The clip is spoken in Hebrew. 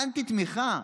אנטי-תמיכה.